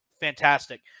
fantastic